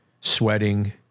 Sweating